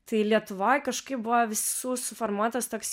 tai lietuvoj kažkaip buvo visų suformuotas toks